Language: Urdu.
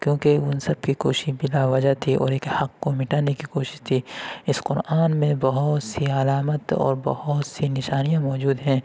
کیوں کہ اُن سب کی کوششیں بِلا وجہ تھی اور ایک حق کو مٹانے کی کوشش تھی اِس قرآن میں بہت سی علامت اور بہت سی نشانیاں موجود ہیں